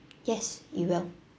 yes you will